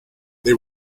they